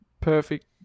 perfect